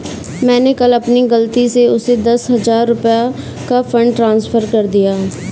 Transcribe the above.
मैंने कल अपनी गलती से उसे दस हजार रुपया का फ़ंड ट्रांस्फर कर दिया